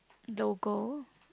logo